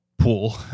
pool